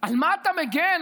על מה אתה מגן,